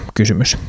kysymys